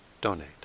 donate